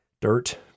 dirt